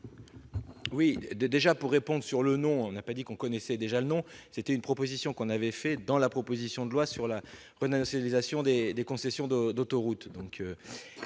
Oui, déjà pour réponde sur le nom n'a pas dit qu'on connaissait déjà le nom, c'était une proposition qu'on avait fait dans la proposition de loi sur la renationalisation des des concessions de d'autoroute